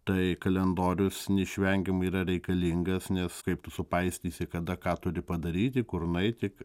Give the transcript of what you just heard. tai kalendorius neišvengiamai yra reikalingas nes kaip tu supaistysi kada ką turi padaryti kur nueiti